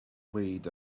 read